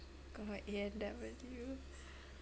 god A&W